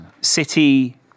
City